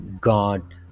God